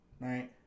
Right